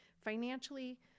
financially